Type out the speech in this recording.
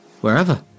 Wherever